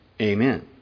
Amen